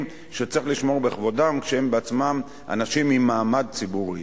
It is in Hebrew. שצריך להישמר בכבודם כשהם בעצמם אנשים עם מעמד ציבורי.